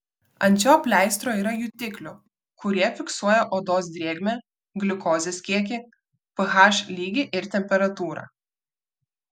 ant šio pleistro yra jutiklių kurie fiksuoja odos drėgmę gliukozės kiekį ph lygį ir temperatūrą